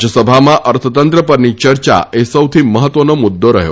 રાજ્યસભામાં અર્થતંત્ર પરની ચર્ચા એ સૌથી મહત્વનો મુદ્દો રહ્યો